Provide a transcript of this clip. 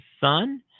son